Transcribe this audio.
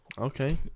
okay